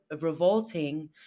revolting